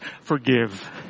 forgive